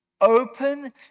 open